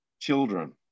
children